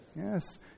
Yes